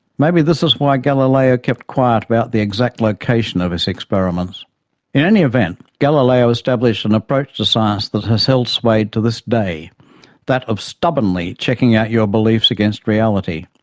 maybe this is why galileo kept quiet about the exact location of his experiments. in any event, galileo established an approach to science that has held sway to this day that of stubbornly checking out your beliefs against reality.